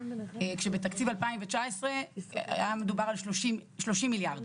כשבתקציב 2019 היה מדובר על 30 מיליארד.